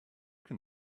can